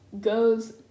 goes